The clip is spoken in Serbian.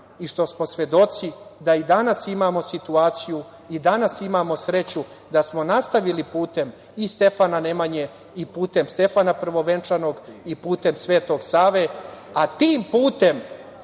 i što smo svedoci da i danas imamo situaciju i danas imamo sreću da smo nastavili putem i Stefana Nemanje i putem Stefana Prvovenčanog i putem Svetog Save, a tim putem